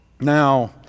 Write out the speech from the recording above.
Now